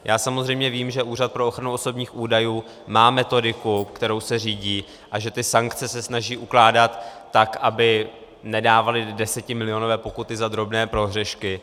Já samozřejmě vím, že Úřad pro ochranu osobních údajů má metodiku, kterou se řídí, a že ty sankce se snaží ukládat tak, aby nedávaly desetimilionové pokuty za drobné prohřešky.